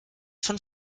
von